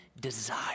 desire